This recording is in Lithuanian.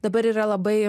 dabar yra labai